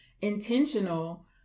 intentional